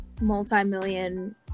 multi-million